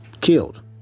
killed